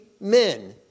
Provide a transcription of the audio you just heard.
men